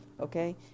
Okay